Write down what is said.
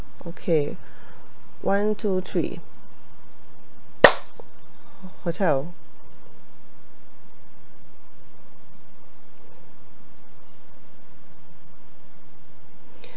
okay one two three hotel